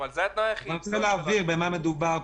אבל זה התנאי היחיד --- אני מנסה להבהיר במה מדובר פה,